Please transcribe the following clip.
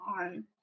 on